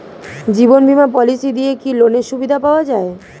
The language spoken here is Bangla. জীবন বীমা পলিসি দিয়ে কি লোনের সুবিধা পাওয়া যায়?